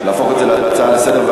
להפוך את זה להצעה לסדר-היום,